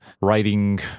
writing